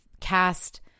cast